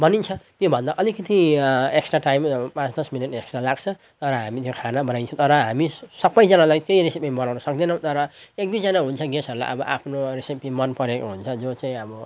बनिन्छ त्योभन्दा अलिकति एक्स्ट्रा टाइम पाँच दस मिनट एक्स्ट्रा लाग्छ र हामीले खाना बनाइन्छ तर हामी सबैजनालाई त्यही रेसिपी बनाउन सक्दैनौँ तर एक दुईजना हुन्छ गेस्टहरूलाई अब आफ्नो रेसिपी मन परेको हुन्छ जो चाहिँ अब